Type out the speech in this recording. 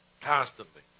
Constantly